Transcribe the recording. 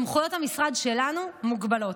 סמכויות המשרד שלנו מוגבלות.